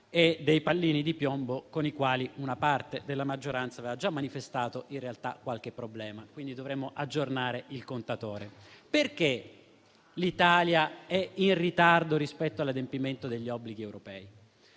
e dei pallini di piombo, con i quali una parte della maggioranza aveva già manifestato in realtà qualche problema. Quindi, dovremmo aggiornare il contatore. Perché l'Italia è in ritardo rispetto all'adempimento degli obblighi europei?